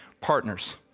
partners